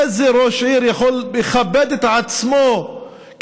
איזה ראש עיר יכול לכבד את עצמו כש-40%